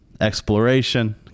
exploration